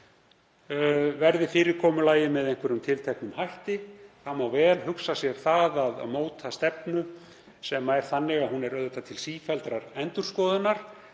verði fyrirkomulagið með einhverjum tilteknum hætti. Það má vel hugsa sér að móta stefnu sem er auðvitað til sífelldrar endurskoðunar